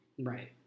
right